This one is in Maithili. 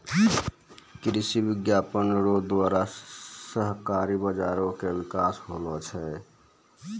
कृषि विपणन रो द्वारा सहकारी बाजारो के बिकास होलो छै